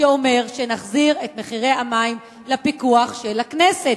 שאומר שנחזיר את מחירי המים לפיקוח של הכנסת.